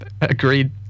Agreed